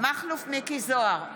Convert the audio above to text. מכלוף מיקי זוהר,